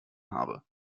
habe